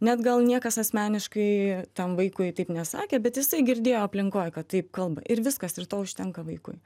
net gal niekas asmeniškai tam vaikui taip nesakė bet jisai girdėjo aplinkoj kad taip kalba ir viskas ir to užtenka vaikui